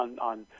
on